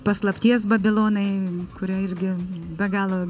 paslapties babilonai kurią irgi be galo